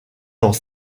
dans